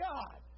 God